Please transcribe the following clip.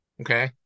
okay